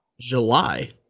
July